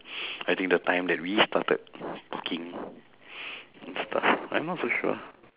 I think the time that we started talking I'm not so sure